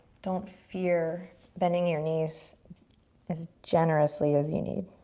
don't fear bending your knees as generously as you need.